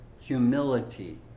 humility